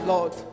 Lord